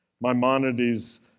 Maimonides